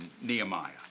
Nehemiah